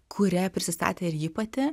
kuria prisistatė ir ji pati